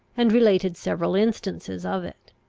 and related several instances of it.